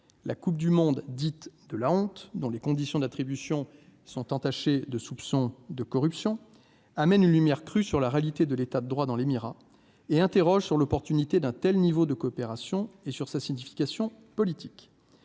la Coupe du monde, dites de la honte dans les conditions d'attribution sont entachés de soupçons de corruption amène une lumière crue sur la réalité de l'état de droit dans l'émirat et interroge sur l'opportunité d'un tel niveau de coopération et sur sa signification politique,